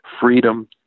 Freedom